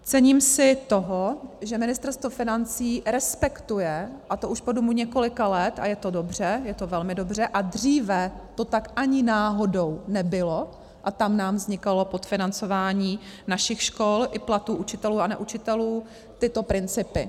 Cením si toho, že Ministerstvo financí respektuje a to už po dobu několika let, a je to dobře, je to velmi dobře, a dříve to tak ani náhodou nebylo, a tam nám vznikalo podfinancování našich škol i platů učitelů a neučitelů tyto principy: